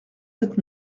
sept